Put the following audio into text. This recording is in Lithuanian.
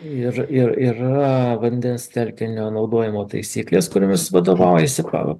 ir ir ir yra vandens telkinio naudojimo taisykles kuriomis vadovaujasi